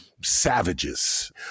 savages